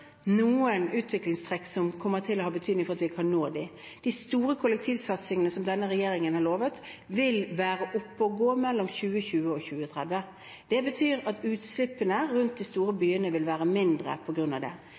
noen utviklingstrekk som kommer til å ha betydning for at vi kan nå dem. De store kollektivsatsingene som denne regjeringen har lovet, vil være oppe å gå mellom 2020 og 2030. Det betyr at utslippene rundt de store byene vil bli mindre på grunn av det.